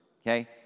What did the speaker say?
okay